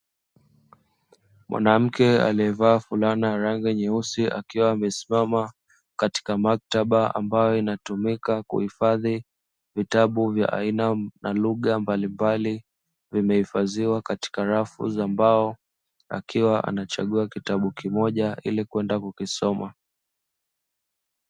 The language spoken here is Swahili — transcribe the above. Mwanamke aliyevaa fulana ya rangi nyeusi akiwa amesimama katika maktaba ambayo inatumika kuhifadhi vitabu vya aina na lugha mbalimbali, zimehifadhiwa katika rafu za mbao akiwa anachagua kitabu kimoja ili kwenda kukisoma.